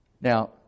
Now